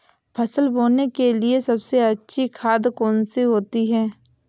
फसल बोने के लिए सबसे अच्छी खाद कौन सी होती है?